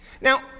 Now